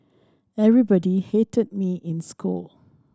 everybody hated me in school